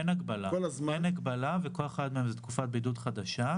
אין הגבלה וכל אחד מהילדים הוא תקופת בידוד חדשה.